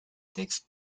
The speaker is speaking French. texte